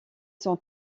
sont